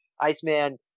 Iceman